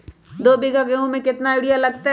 दो बीघा गेंहू में केतना यूरिया लगतै?